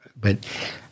but-